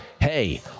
hey